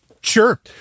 Sure